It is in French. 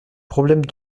problème